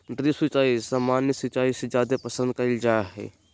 drip सिंचाई सामान्य सिंचाई से जादे पसंद कईल जा हई